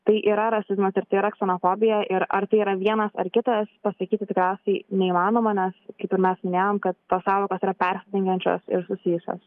tai yra rasizmas ir tai yra ksenofobija ir ar tai yra vienas ar kitas pasakyti tikriausiai neįmanoma nes kaip ir mes minėjom kad tos sąvokos yra persidengiančios ir susijusios